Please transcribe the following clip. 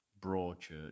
Broadchurch